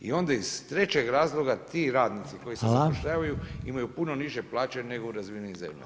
I onda iz trećeg razloga, ti radnici koji se zapošljavaju, imaju puno niže plaće nego u razvijenim zemljama.